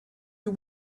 you